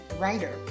writer